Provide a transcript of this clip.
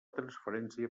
transferència